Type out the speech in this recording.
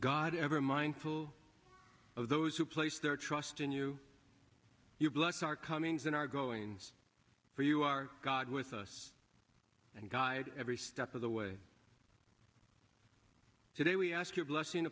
god ever mindful of those who place their trust in you you bless our comings and are going for you are god with us and guide every step of the way today we ask your blessing